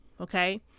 Okay